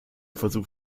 versuch